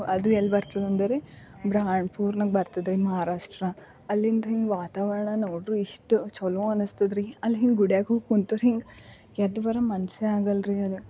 ಅದು ಎಲ್ಲಿ ಬರ್ತದಂದ್ರೆ ಬ್ರಾಣ್ಪೂರನಾಗೆ ಬರ್ತದೆ ರೀ ಮಹಾರಾಷ್ಟ್ರ ಅಲ್ಲಿಂದ ಹಿಂಗ ವಾತಾವರಣ ನೋಡ್ರಿ ಇಷ್ಟು ಚಲೋ ಅನಿಸ್ದದ್ರಿ ಅಲ್ಲಿ ಹಿಂಗ ಗುಡಿಯಾಗೆ ಹೋಗಿ ಕೂತರೆ ಹಿಂಗ ಎದ್ದು ಬರೋ ಮನಸ್ಸೇ ಆಗೋಲ್ಲ ರಿ ಅಲ್ಲಿ